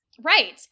Right